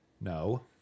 No